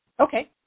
Okay